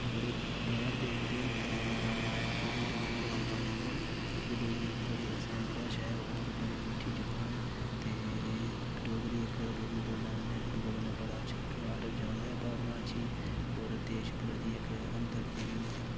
बड़े बाह्र दे आंदे न इत्थें कम्म करन तें ओह् बी डोगरी सिक्खी लैंदे न कि के डोगरी इक बड़ी आसान भाशा ऐ ओर बड़ी मिट्ठी जवान ऐ ते डोगरी इक डोगरी बोलनादी होंदी ऐ कन्नै इक दुै कन्नै बड़ा अच्छा प्यार जागदा ऐ भावना अच्छी ओर देश प्रति इक अंदर दी बी होंदी ऐ